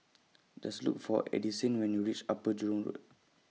Does Look For Addisyn when YOU REACH Upper Jurong Road